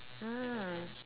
mm